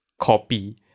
copy